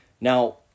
now